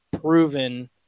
proven